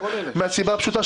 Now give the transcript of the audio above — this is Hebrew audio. מהסיבה הפשוטה,